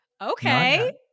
Okay